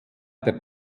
der